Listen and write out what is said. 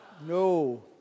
no